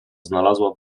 znalazła